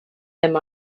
him